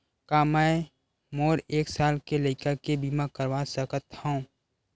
का मै मोर एक साल के लइका के बीमा करवा सकत हव?